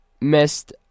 missed